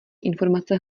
informace